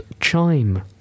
Chime